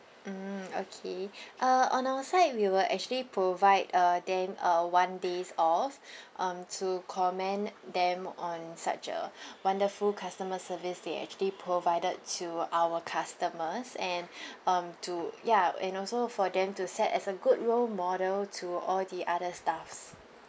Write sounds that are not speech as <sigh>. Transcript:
mm okay uh on our side we will actually provide uh them uh one day's off um to commend them on such a wonderful customer service they actually provided to our customers and <breath> um to ya and also for them to set as a good role model to all the other staffs